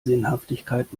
sinnhaftigkeit